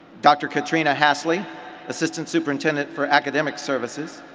dr. katrina hasley assistant superintendent for academic services.